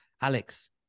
Alex